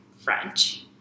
French